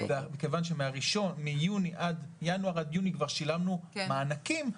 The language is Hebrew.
ומכיוון מינואר עד יוני כבר שילמנו מענקים,